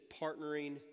partnering